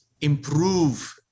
improve